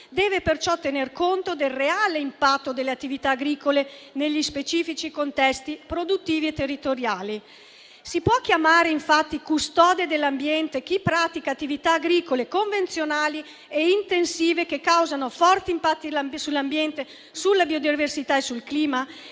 deve perciò tener conto del reale impatto delle attività agricole sugli specifici contesti produttivi e territoriali. Si può chiamare infatti custode dell'ambiente chi pratica attività agricole convenzionali e intensive, che causano forti impatti sull'ambiente, sulla biodiversità e sul clima